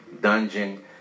dungeon